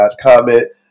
comment